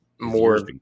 more